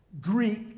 Greek